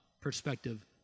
perspective